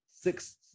six